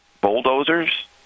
bulldozers